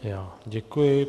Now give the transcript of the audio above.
Já děkuji.